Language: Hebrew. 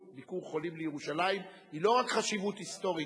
"ביקור חולים" לירושלים היא לא רק חשיבות היסטורית,